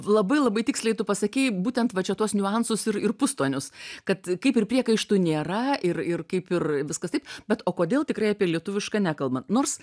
labai labai tiksliai tu pasakei būtent va čia tuos niuansus ir ir pustonius kad kaip ir priekaištų nėra ir ir kaip ir viskas taip bet o kodėl tikrai apie lietuvišką nekalba nors